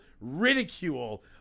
ridicule